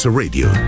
radio